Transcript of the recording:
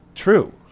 true